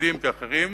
כחרדים וכאחרים,